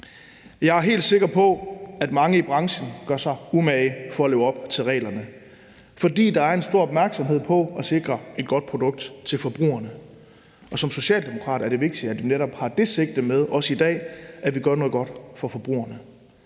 Jeg er helt sikker på, at mange i branchen gør sig umage for at leve op til reglerne, fordi der er en stor opmærksomhed på at sikre et godt produkt til forbrugerne. Og som socialdemokrat synes jeg, det er vigtigt, at vi netop har det sigte med også i dag, altså at vi gør noget godt for forbrugerne.